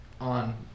on